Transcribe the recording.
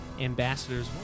Ambassadors